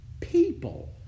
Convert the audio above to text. people